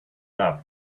love